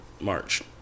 march